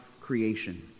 creation